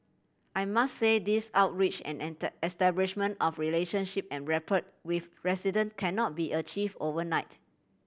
I must say these outreach and establishment of relationship and rapport with resident cannot be achieve overnight